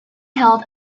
held